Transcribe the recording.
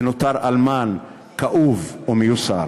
ונותר אלמן כאוב ומיוסר.